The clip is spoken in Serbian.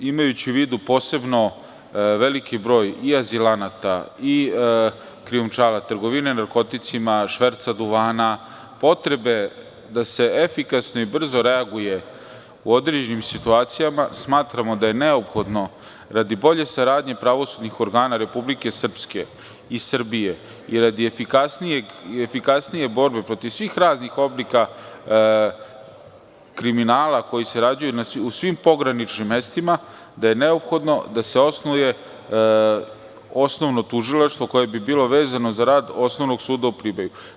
Imajući u vidu posebno veliki broj i azilanata i krijumčara trgovine, narkoticima, šverca duvana, potrebe da se efikasno i brzo reaguje u određenim situacijama, smatramo da je neophodno radi bolje saradnje pravosudnih organa Republike Srpske i Srbije i radi efikasnije borbe protiv svih raznih oblika kriminala koji se rađaju u svim pograničnim mestima, da je neophodno da se osnuje osnovno tužilaštvo koje bi bilo vezano za rad Osnovnog suda u Priboju.